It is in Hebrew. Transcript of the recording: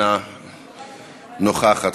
אינה נוכחת,